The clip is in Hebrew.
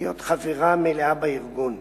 להיות חברה מלאה בארגון.